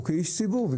איש ציבור?